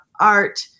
art